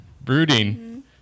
Brooding